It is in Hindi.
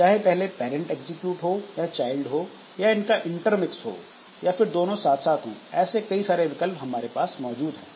चाहे पहले पैरंट एग्जीक्यूट हो या चाइल्ड हो या इनका इंटरमिक्स हो या फिर दोनों साथ साथ हों ऐसे कई सारे विकल्प हमारे पास मौजूद है